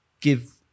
give